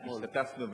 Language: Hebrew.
השתתפנו,